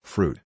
Fruit